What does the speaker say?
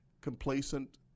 complacent